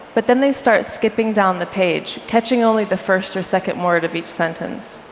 but then they start skipping down the page, catching only the first or second word of each sentence.